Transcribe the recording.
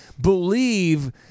believe